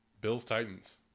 Bills-Titans